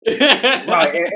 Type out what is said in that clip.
Right